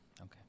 Okay